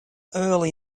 early